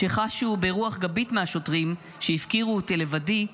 שחשו ברוח גבית מהשוטרים שהפקירו אותי לבדי,